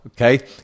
okay